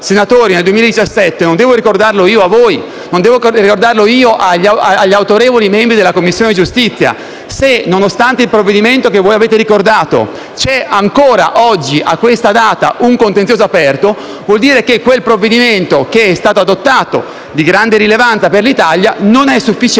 senatori, non devo ricordarlo io a voi, non devo ricordarlo io agli autorevoli membri della Commissione giustizia - e, nonostante il provvedimento che avete ricordato, c'è ancora oggi, a questa data, un contenzioso aperto, vuol dire che quel provvedimento che è stato adottato, di grande rilevanza per l'Italia, non è sufficiente